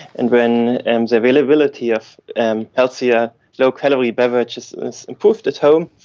and when and the availability of and healthier low-calorie beverages are improved at home,